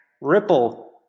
Ripple